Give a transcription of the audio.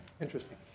Interesting